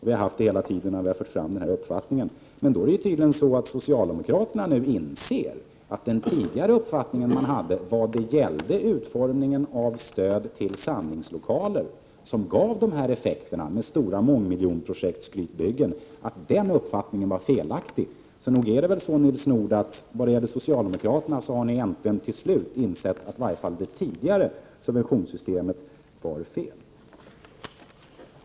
Vi har haft rätt hela tiden när vi har framfört denna uppfattning. Socialdemokraterna inser tydligen också att den tidigare uppfattningen vad gällde utformningen av stöd till samlingslokaler, som gav dessa effekter med stora mångmiljonprojekt för skrytbyggen, var felaktig. Socialdemokraterna har nog äntligen till slut insett att i varje fall det tidigare subventionssystemet var felaktigt.